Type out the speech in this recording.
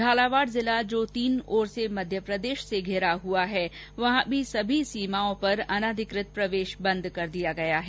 झालावाड़ जिला जो कि तीनों ओर से मध्यप्रदेश से धिरा हुआ है वहां से भी सभी सीमाओं अनाधिकृत प्रवेश बंद कर दिया गया है